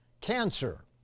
cancer